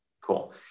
Cool